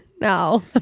No